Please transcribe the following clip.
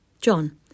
John